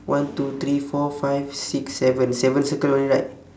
one two three four five six seven seven circle only right